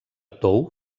tou